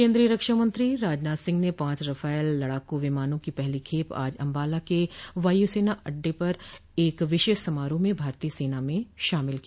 केन्द्रीय रक्षा मंत्री राजनाथ सिंह ने पांच रफाल लडाकू विमानों की पहली खेप आज अम्बाला के वायुसेना अड्डे पर एक विशेष समारोह में भारतीय सेना में शामिल की